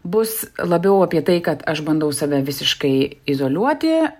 bus labiau apie tai kad aš bandau save visiškai izoliuoti